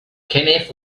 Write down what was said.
kenneth